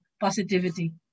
positivity